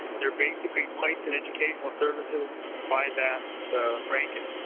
they're basically placed in educational services by that ranking.